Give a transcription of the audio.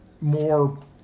more